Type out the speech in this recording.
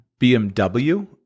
BMW